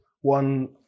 one